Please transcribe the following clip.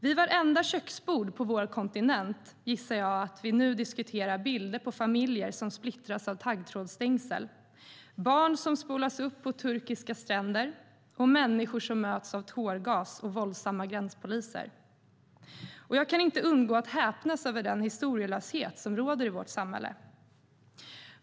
Vid vartenda köksbord på vår kontinent gissar jag att vi nu diskuterar bilder på familjer som splittras av taggtrådsstängsel, barn som spolas upp på turkiska stränder och människor som möts av tårgas och våldsamma gränspoliser. Jag kan inte undgå att häpna över den historielöshet som råder i vårt samhälle.